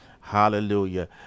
hallelujah